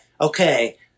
Okay